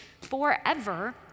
forever